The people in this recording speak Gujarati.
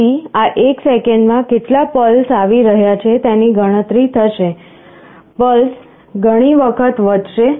તેથી આ એક સેકંડમાં કેટલા પલ્સ આવી રહ્યા છે તેની ગણતરી થશે પલ્સ ઘણી વખત વધશે